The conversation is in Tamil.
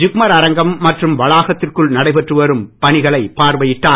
ஜிப்மர் அரங்கம் மற்றும் வளாகத்திற்குள் நடைபெற்று வரும் பணிகளை பார்வையிட்டார்